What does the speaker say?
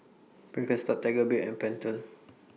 Birkenstock Tiger Beer and Pentel